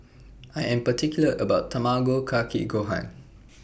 I Am particular about My Tamago Kake Gohan